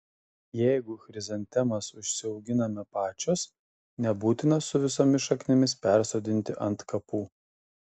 jeigu chrizantemas užsiauginame pačios nebūtina su visomis šaknimis persodinti ant kapų